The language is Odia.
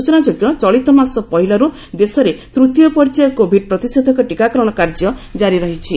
ସ୍ୱଚନାଯୋଗ୍ୟ ଚଳିତମାସ ପହିଲାରୁ ଦେଶରେ ତୃତୀୟ ପର୍ଯ୍ୟାୟ କୋଭିଡ ପ୍ରତିଷେଧକ ଟିକାକରଣ କାର୍ଯ୍ୟ ଜାରି ରହିଛି